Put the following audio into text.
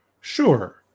Sure